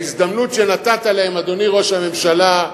ההזדמנות שנתת להם, אדוני ראש הממשלה,